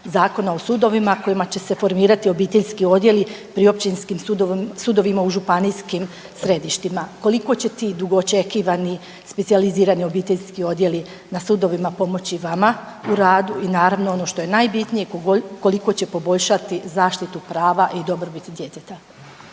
Zakona o sudovima kojima će se formirati obiteljski odjeli pri općinskim sudovima u županijskim središtima. Koliko će ti dugo očekivani specijalizirani obiteljski odjeli na sudovima pomoći vama u radu i naravno ono što je najbitnije koliko će poboljšati zaštitu prava i dobrobit djeteta.